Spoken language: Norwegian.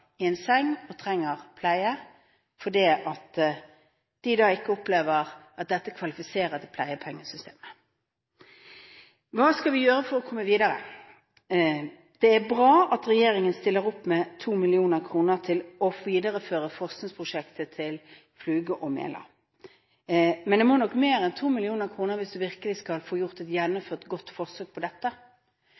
i en seng og trenger pleie, fordi en ikke opplever at dette kvalifiserer for pleiepengesystemet. Hva skal vi gjøre for å komme videre? Det er bra at regjeringen stiller opp med 2 mill. kr til å videreføre forskningsprosjektet til Fluge og Mella. Men det må nok mer enn 2 mill. kr til hvis man virkelig skal få gjort et gjennomført godt forsøk på dette.